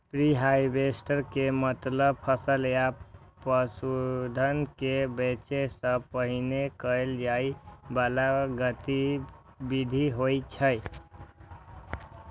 preharvest के मतलब फसल या पशुधन कें बेचै सं पहिने कैल जाइ बला गतिविधि होइ छै